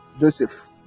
Joseph